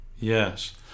yes